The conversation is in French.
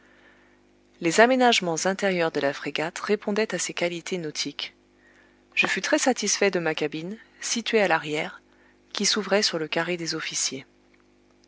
les aménagements intérieurs de la frégate répondaient à ses qualités nautiques je fus très satisfait de ma cabine située à l'arrière qui s'ouvrait sur le carré des officiers